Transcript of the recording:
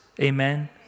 Amen